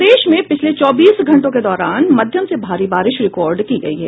प्रदेश में पिछले चौबीस घंटों के दौरान मध्यम से भारी बारिश रिकार्ड की गयी है